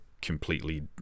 completely